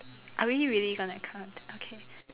are we really gonna count okay